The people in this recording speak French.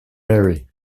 mary